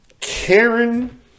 Karen